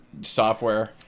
software